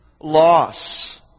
loss